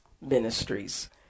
Ministries